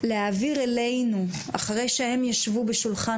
להעביר אלינו אחרי שהם ישבו בשולחן